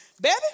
baby